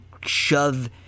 shove